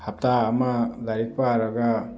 ꯍꯞꯇꯥ ꯑꯃ ꯂꯥꯏꯔꯤꯛ ꯄꯥꯔꯒ